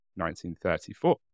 1934